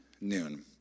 noon